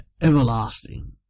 everlasting